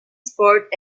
sport